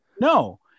No